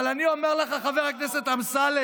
אבל אני אומר לך, חבר הכנסת אמסלם,